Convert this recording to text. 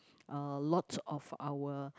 a lot of our